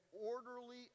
orderly